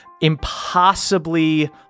impossibly